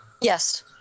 Yes